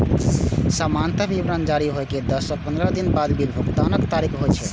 सामान्यतः विवरण जारी होइ के दस सं पंद्रह दिन बाद बिल भुगतानक तारीख होइ छै